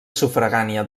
sufragània